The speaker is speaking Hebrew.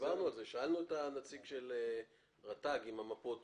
חצי שעה אחרי ההצבעה.